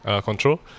Control